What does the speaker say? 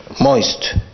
moist